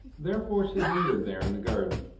therefore she lingered there in the garden,